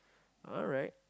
alright